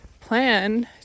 plan